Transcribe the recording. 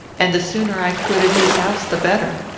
and the sooner i quitted his house the better.